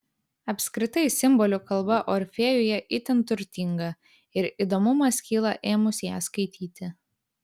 apskritai simbolių kalba orfėjuje itin turtinga ir įdomumas kyla ėmus ją skaityti